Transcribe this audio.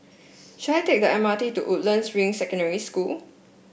shall I take the M R T to Woodlands Ring Secondary School